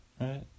right